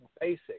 basic